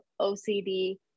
OCD